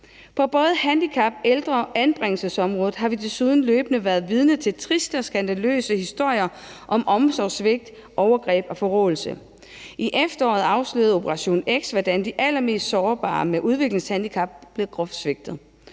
På både handicap-, ældre- og anbringelsesområdet har vi desuden løbende været vidne til triste og skandaløse historier om omsorgssvigt, overgreb og forråelse. I efteråret afslørede Operation X, hvordan de allermest sårbare med udviklingshandicap blev groft svigtet,